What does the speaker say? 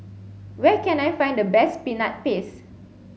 where can I find the best peanut paste